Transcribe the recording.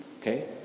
Okay